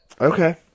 Okay